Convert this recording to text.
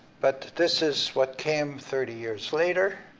but this is what came thirty years later.